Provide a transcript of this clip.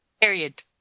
Period